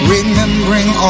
Remembering